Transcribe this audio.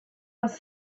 was